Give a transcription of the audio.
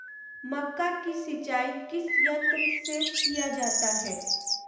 मक्का की सिंचाई किस यंत्र से किया जाता है?